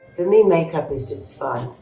for me, makeup is just fun.